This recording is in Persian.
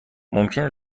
ممکنه